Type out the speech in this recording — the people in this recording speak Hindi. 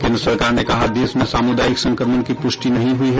केंद्र सरकार ने कहा देश में सामुदायिक संक्रमण की पुष्टि नहीं हुयी है